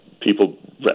People